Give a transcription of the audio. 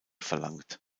verlangt